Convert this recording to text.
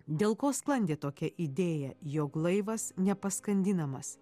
dėl ko sklandė tokia idėja jog laivas nepaskandinamas